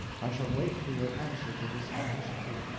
i shall wait for your answer to this impatiently,